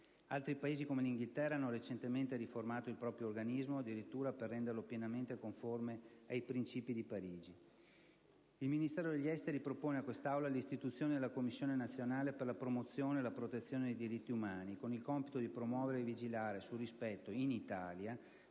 Altri Paesi, come l'Inghilterra, hanno recentemente riformato il proprio organismo addirittura per renderlo pienamente conforme ai principi di Parigi. Il Ministero degli affari esteri propone a questa Assemblea l'istituzione della «Commissione nazionale per la promozione e la protezione dei diritti umani», con il compito di promuovere e vigilare sul rispetto, in Italia,